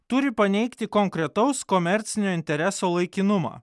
turi paneigti konkretaus komercinio intereso laikinumą